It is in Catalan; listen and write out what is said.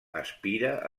aspira